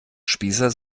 spießer